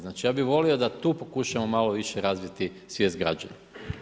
Znači, ja bih volio da tu pokušamo malo više razviti svijet građana.